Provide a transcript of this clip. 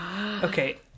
Okay